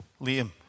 Liam